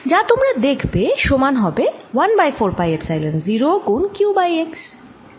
যা তোমরা দেখবে সমান 1 বাই 4 পাই এপসাইলন 0 গুণ q বাই x